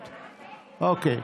שמית, אוקיי.